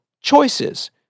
Choices